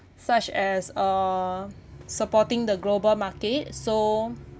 such as uh supporting the global market so